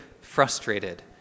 frustrated